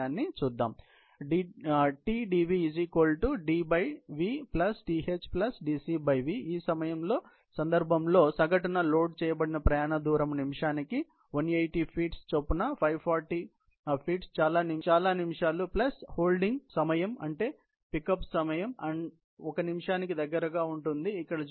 కాబట్టి ప్రతి వాహనానికి డెలివరీ మొత్తం సమయం Tdv Tdv DdvThDcv ఈ ప్రత్యేక సందర్భంలో సగటున లోడ్ చేయబడిన ప్రయాణ దూరం నిమిషానికి 180 అడుగుల చొప్పున 540 అడుగులు చాలా నిమిషాలు ప్లస్ హోల్డ్ సమయం అంటే పిక్ అప్ సమయం 1 నిమిషానికి దగ్గరగా ఉంటుంది